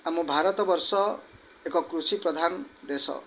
ଆମ ଭାରତ ବର୍ଷ କୃଷି ପ୍ରଧାନ ଦେଶ